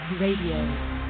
Radio